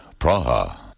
Praha